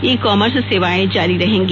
ई commerce सेवाएं जारी रहेंगी